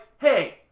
hey